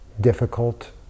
difficult